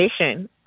education